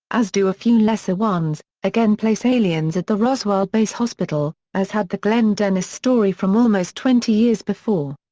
as do a few lesser ones, again place aliens at the roswell base hospital, as had the glenn dennis story from almost twenty years before.